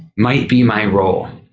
might be my role.